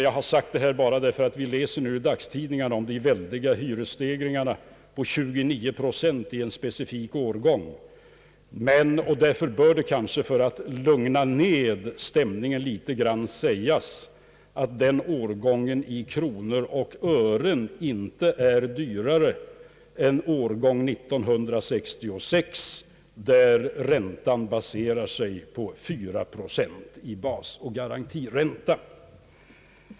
Jag har sagt detta med anledning av att vi nu läst i dagstidningarna om de stora hyresstegringarna på 29 procent när det gäller en speciell årgång, och för att lugna ner stämningen litet grand bör det därför kanske sägas, att hyreskostnaderna för den årgången i kronor och ören räknat inte är större än för årgången 1966, för vilken basoch garantiräntan utgör 4 procent.